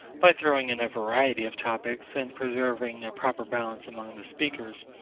by throwing in a variety of topics, and preserving a proper balance among the speakers,